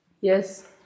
yes